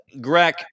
Greg